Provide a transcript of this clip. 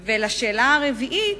4. לגבי השאלה הרביעית,